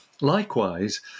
likewise